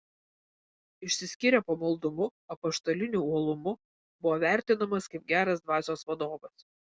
išsiskyrė pamaldumu apaštaliniu uolumu buvo vertinamas kaip geras dvasios vadovas